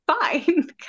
fine